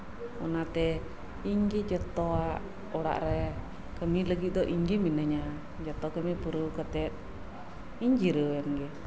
ᱚᱱᱟᱛᱮ ᱤᱧ ᱜᱮ ᱡᱚᱛᱚᱣᱟᱜ ᱚᱲᱟᱜ ᱨᱮ ᱠᱟᱹᱢᱤ ᱞᱟᱹᱜᱤᱫ ᱫᱚ ᱤᱧ ᱜᱮ ᱢᱤᱱᱟᱹᱧᱟ ᱡᱚᱛᱚ ᱠᱟᱹᱢᱤ ᱯᱩᱨᱟᱹᱣ ᱠᱟᱛᱮᱫ ᱜᱤᱧ ᱡᱤᱨᱟᱹᱣᱮᱱᱟ